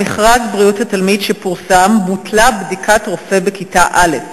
במכרז בריאות התלמיד שפורסם בוטלה בדיקת רופא בכיתה א'.